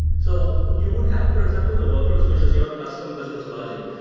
so you would have for example the workloads, which is your custom business logic,